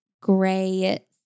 Gray